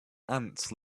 ants